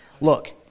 Look